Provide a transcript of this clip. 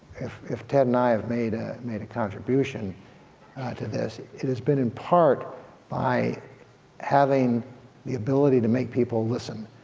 if if ted and i have made ah made a contribution to this, it has been in part by having the ability to make people listen.